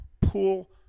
pull